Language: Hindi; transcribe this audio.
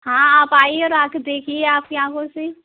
हाँ आप आइये और आकर देखिए आपकी आँखों से